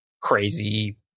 crazy